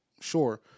Sure